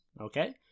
Okay